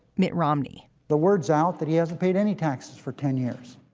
mitt romney the word's out that he hasn't paid any taxes for ten years.